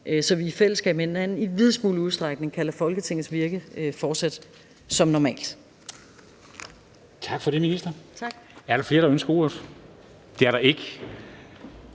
så vi i fællesskab i videst mulig udstrækning kan lade Folketingets virke fortsætte som normalt.